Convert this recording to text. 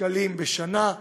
שקלים בשנה.